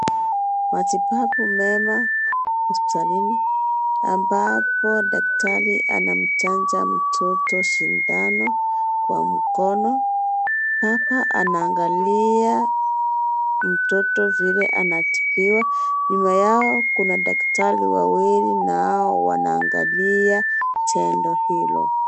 Matibabu mema hospitalini. ambapo daktari anamchanja mtoto sindano kwa mkono. baba anaangalia mtoto vile anatibiwa. Nyuma yao kuna madaktari wawili na hao wanaangalia tendo hilo.